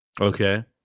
Okay